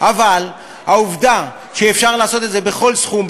אבל העובדה שאפשר לעשות את זה בכל סכום,